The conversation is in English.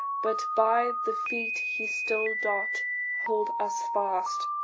but by the feet he still doth hold us fast.